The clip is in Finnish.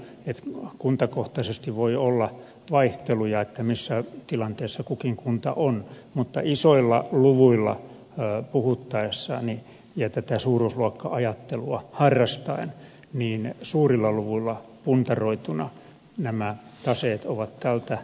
nämä ovat makrolukuja kuntakohtaisesti voi olla vaihteluja missä tilanteessa kukin kunta on mutta isoilla luvuilla puhuttaessa ja tätä suuruusluokka ajattelua harrastaen suurilla luvuilla puntaroituina nämä taseet ovat tältä osin tällä tavalla